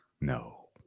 No